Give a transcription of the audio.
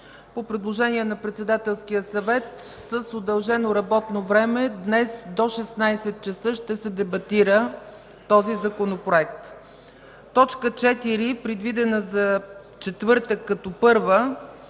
По предложение на Председателския съвет с удължено работно време днес до 16,00 ч. ще се дебатира този Законопроект. 4. Точка 4, предвидена като т. 1 за